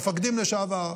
מפקדים לשעבר,